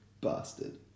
Bastard